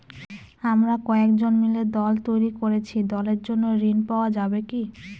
আমরা কয়েকজন মিলে দল তৈরি করেছি দলের জন্য ঋণ পাওয়া যাবে কি?